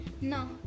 No